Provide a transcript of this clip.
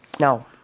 No